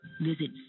Visit